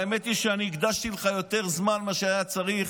האמת היא שהקדשתי לך יותר זמן ממה שהיה צריך,